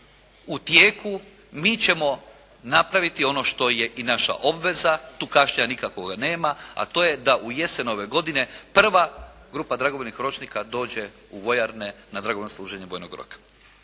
u tijeku. Mi ćemo napraviti ono što je i naša obveza, tu kašnjenja nikakvoga nema, a to je da u jesen ove godine prva grupa dragovoljnih ročnika dođe u vojarne na dragovoljno služenje vojnog roka.